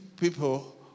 people